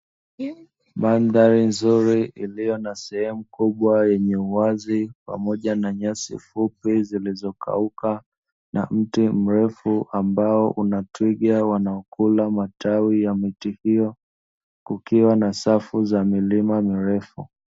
Mandhari nzuri iliyo na sehemu kubwa yenye uwazi pamoja na nyasi fupi zilizokauka, mti mrefu ambao twiga wanakula matawi ya mti huo kukiwa na safu za milima mirefu